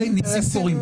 לפעמים קורים ניסים.